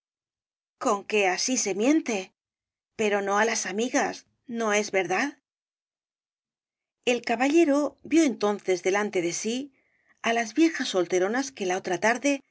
cascada conque así se miente pero no á las amigas no es verdad el caballero vio entonces delante de sí á las viejas solteronas que la otra tarde